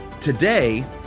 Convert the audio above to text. today